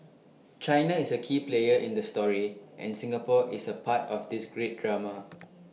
China is A key player in the story and Singapore is A part of this great drama